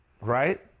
Right